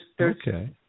Okay